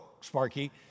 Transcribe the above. Sparky